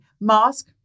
mask